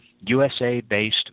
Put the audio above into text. USA-based